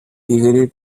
easily